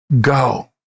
go